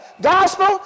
gospel